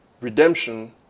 redemption